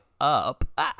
up